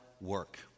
work